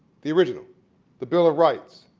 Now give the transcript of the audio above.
the original the bill of rights,